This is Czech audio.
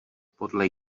podle